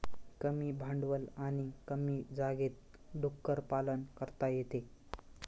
कमी भांडवल आणि कमी जागेत डुक्कर पालन करता येते